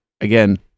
again